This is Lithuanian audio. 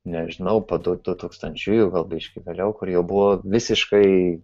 nežinau po du tūkstančiųjų gal biškį vėliau kur jau buvo visiškai